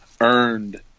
earned